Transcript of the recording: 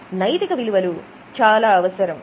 నైతిక విలువలు చాలా అవసరం